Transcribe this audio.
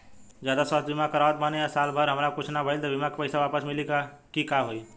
जदि स्वास्थ्य बीमा करावत बानी आ साल भर हमरा कुछ ना भइल त बीमा के पईसा वापस मिली की का होई?